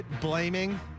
blaming